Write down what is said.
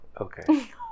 Okay